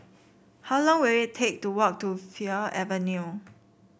how long will it take to walk to Fir Avenue